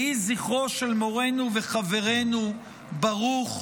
יהי זכרו של מורנו וחברנו ברוך.